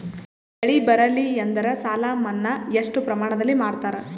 ಬೆಳಿ ಬರಲ್ಲಿ ಎಂದರ ಸಾಲ ಮನ್ನಾ ಎಷ್ಟು ಪ್ರಮಾಣದಲ್ಲಿ ಮಾಡತಾರ?